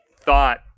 thought